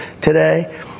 today